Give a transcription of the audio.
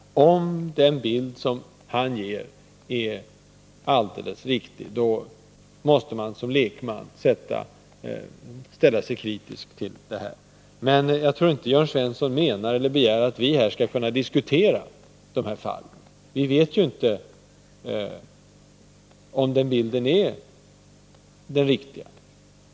Om den bild som han gav är riktig, är det klart att man som lekman måste ställa sig kritisk. Men jag tror inte att Jörn Svensson menar eller begär att vi här skall diskutera dessa fall. Vi vet ju inte om bilden är den riktiga.